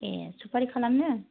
ए सुपारि खालामनो